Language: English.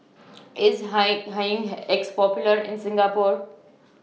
IS Hi Hygin X Popular in Singapore